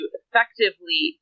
effectively